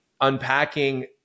unpacking